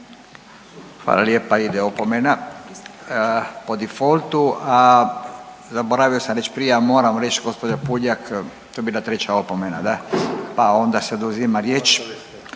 Hvala lijepa. Ide opomena po defaultu, a zaboravio sam reći prije, a moram reći, gđa. Puljak, to je bila treća opomena. Da, pa onda se oduzima riječ.